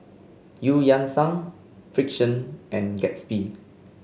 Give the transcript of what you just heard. Eu Yan Sang Frixion and Gatsby